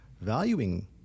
valuing